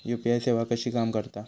UPI सेवा कशी काम करता?